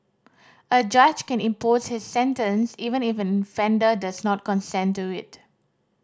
a judge can impose this sentence even if an offender does not consent to it